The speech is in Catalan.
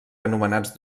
anomenats